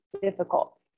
difficult